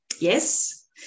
Yes